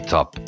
Top